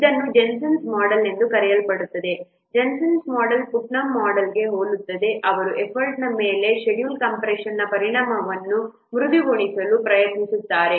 ಇದನ್ನು ಜೆನ್ಸನ್ನ ಮೋಡೆಲ್ ಎಂದು ಕರೆಯಲಾಗುತ್ತದೆ ಜೆನ್ಸನ್ ಮೋಡೆಲ್ ಪುಟ್ನಮ್ ಮೋಡೆಲ್ಗೆ ಹೋಲುತ್ತದೆ ಅವರು ಎಫರ್ಟ್ನ ಮೇಲೆ ಷೆಡ್ಯೂಲ್ ಕಂಪ್ರೆಶನ್ನ ಪರಿಣಾಮವನ್ನು ಮೃದುಗೊಳಿಸಲು ಪ್ರಯತ್ನಿಸುತ್ತಾರೆ